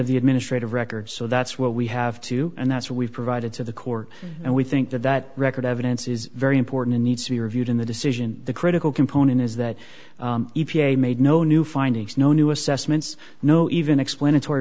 of the administrative records so that's what we have to and that's what we've provided to the court and we think that that record evidence is very important and needs to be reviewed in the decision the critical component is that e p a made no new findings no new assessments no even explanatory